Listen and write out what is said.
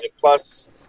Plus